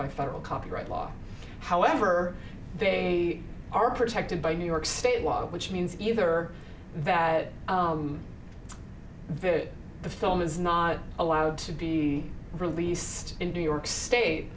by federal copyright law however they are protected by new york state law which means either that the film is not allowed to be released in new york state